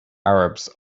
arabs